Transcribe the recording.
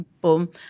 boom